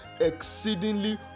exceedingly